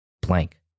Blank